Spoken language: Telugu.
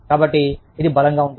కాబట్టి ఇది బలంగా ఉంటుంది